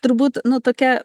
turbūt nu tokia